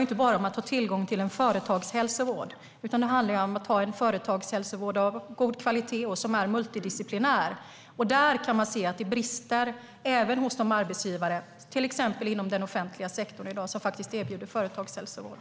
inte bara handlar om att få tillgång till en företagshälsovård. Det handlar också om att ha en företagshälsovård av god kvalitet som är multidisciplinär. Där kan man se att det brister även hos de arbetsgivare som erbjuder företagshälsovård i dag, till exempel inom den offentliga sektorn.